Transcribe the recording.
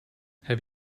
have